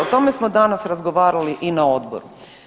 O tome smo danas razgovarali i na odboru.